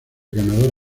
ganador